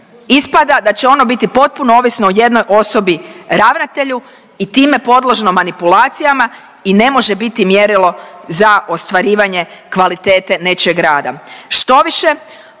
ispada da će ono biti potpuno ovisno o jednoj osobi, ravnatelju i time podložno manipulacijama i ne može biti mjerilo za ostvarivanje kvalitete nečijeg rada, štoviše